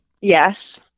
Yes